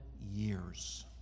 years